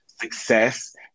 success